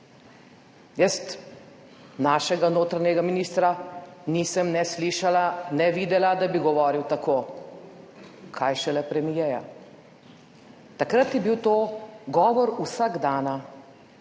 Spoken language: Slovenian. Jaz našega notranjega ministra nisem ne slišala ne videla, da bi govoril tako, kaj šele premierja. Takrat je bil to govor vsakdana.